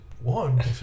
One